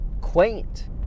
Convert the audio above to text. quaint